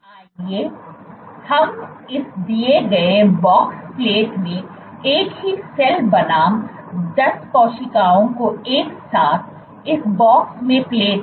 आइए हम इस दिए गए बॉक्स प्लेट में एक ही सेल बनाम 10 कोशिकाओं को एक साथ इस बॉक्स में प्लेट दे